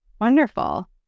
Wonderful